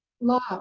love